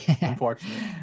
Unfortunately